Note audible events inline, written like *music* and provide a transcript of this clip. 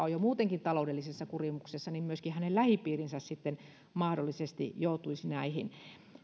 *unintelligible* on jo muutenkin taloudellisessa kurimuksessa niin myöskin hänen lähipiirinsä sitten mahdollisesti joutuisi näihin